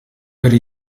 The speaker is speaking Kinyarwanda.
ari